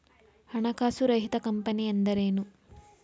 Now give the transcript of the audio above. ಹಣಕಾಸು ರಹಿತ ಕಂಪನಿ ಎಂದರೇನು?